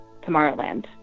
Tomorrowland